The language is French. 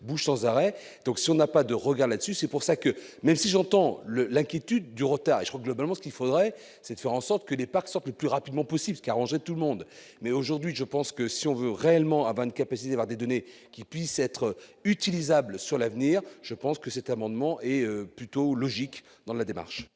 Bush sans arrêt, donc si on n'a pas de regard là-dessus, c'est pour ça que, même si j'entends le l'inquiétude du retard faut globalement ce qu'il faudrait, c'est faire en sorte que les parcs sont le plus rapidement possible qu'arranger tout le monde, mais aujourd'hui je pense que si on veut réellement à 20 capoeira des données qui puisse être utilisable sur l'avenir, je pense que cet amendement est plutôt logique dans la démarche.